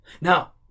Now